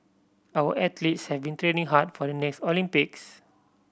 our athletes have been training hard for the next Olympics